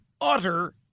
utter